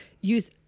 use